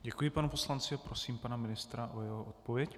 Děkuji panu poslanci a prosím pana ministra o jeho odpověď.